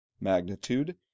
magnitude